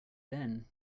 then